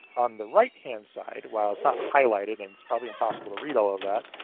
on the right-hand side, well it's not highlighted, and it's probably impossible to read all of that,